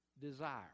desire